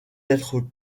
être